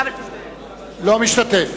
אינו משתתף